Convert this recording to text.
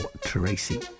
Tracy